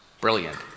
Brilliant